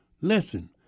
Listen